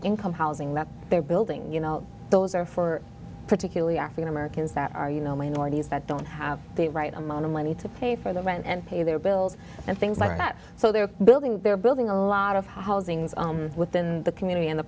income housing that they're building you know those are for particularly african americans that are you know minorities that don't have the right amount of money to pay for the rent and pay their bills and things like that so they're building they're building a lot of housing within the community and the